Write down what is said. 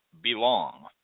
Belong